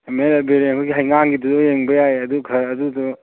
M L A Biren ꯑꯩꯈꯣꯏꯒꯤ ꯍꯩꯉꯥꯡꯒꯤꯗꯨꯁꯨ ꯌꯦꯡꯕ ꯌꯥꯏ ꯑꯗꯨ ꯑꯗꯨꯗꯣ